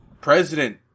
president